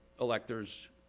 electors